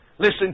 Listen